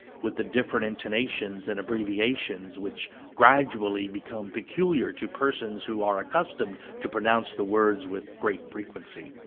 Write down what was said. with the different intonations and abbreviations which gradually become peculiar to persons who are accustomed to pronounce the words with great frequency.